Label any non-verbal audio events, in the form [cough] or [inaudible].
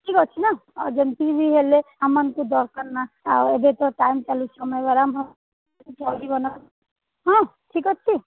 ଠିକ୍ ଅଛିନା ଯେମିତିବି ହେଲେ ଆମ ମାନଙ୍କୁ ଦରକାରନା ଆଉ ଏବେ ତ ଟାଇମ୍ ଚାଲୁଛି [unintelligible] ହଁ ଠିକ୍ ଅଛି